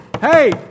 hey